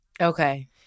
Okay